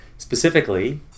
Specifically